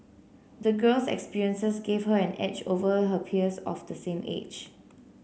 the girls experiences gave her an edge over her peers of the same age